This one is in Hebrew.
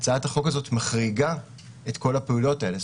שהצעת החוק הזאת מחריגה את כל הפעילויות האלה.